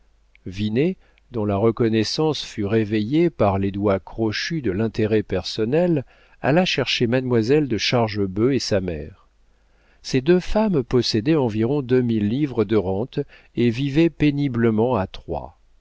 dont la reconnaissance fut réveillée par les doigts crochus de l'intérêt personnel alla chercher mademoiselle de chargebœuf et sa mère ces deux femmes possédaient environ deux mille livres de rente et vivaient péniblement à troyes